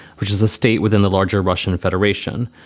which is a state within the larger russian federation.